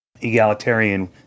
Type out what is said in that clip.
Egalitarian